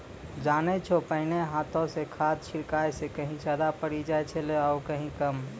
जानै छौ पहिने हाथों स खाद छिड़ला स कहीं ज्यादा पड़ी जाय छेलै आरो कहीं कम